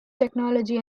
technology